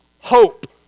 hope